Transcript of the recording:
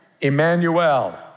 Emmanuel